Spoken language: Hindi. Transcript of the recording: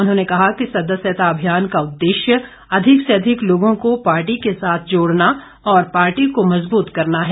उन्होंने कहा कि सदस्यता अभियान का उददेश्य अधिक से अधिक लोगों को पार्टी के साथ जोड़ना और पार्टी को मजबूत करना है